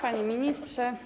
Panie Ministrze!